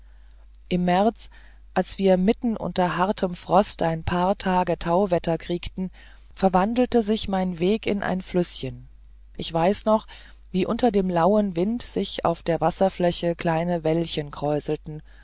im märz als wir mitten unter hartem frost ein paar tage tauwetter kriegten verwandelte sich mein weg in ein flüßchen ich weiß noch wie unter dem lauen wind sich auf der wasserfläche kleine wellchen kräuselten